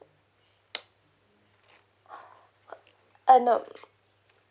uh no